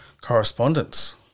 correspondence